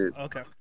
Okay